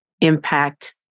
impact